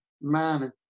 man